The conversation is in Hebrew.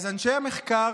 אנשי המחקר,